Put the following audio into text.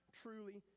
truly